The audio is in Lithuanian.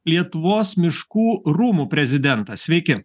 lietuvos miškų rūmų prezidentas sveiki